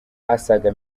asaga